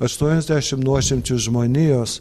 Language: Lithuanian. aštuoniasdešim nuošimčių žmonijos